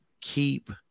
keep